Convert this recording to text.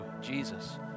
Jesus